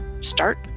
start